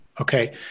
Okay